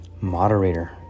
Moderator